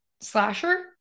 slasher